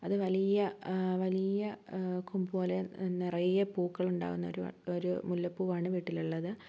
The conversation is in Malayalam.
അത് വലിയ വലിയ നിറയെ പൂക്കൾ ഉണ്ടാകുന്ന ഒരു ഒരു മൂലപ്പൂവാണ് വീട്ടില് ഉള്ളത്